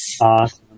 Awesome